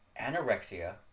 anorexia